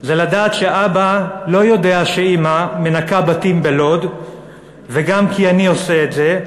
זה לדעת שאבא לא יודע שאימא מנקה בתים בלוד וגם כי אני עושה את זה,